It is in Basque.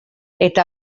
eta